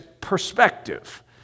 perspective